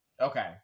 Okay